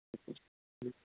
جی جی